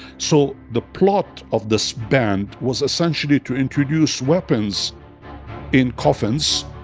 so the plot of this band was essentially to introduce weapons in coffins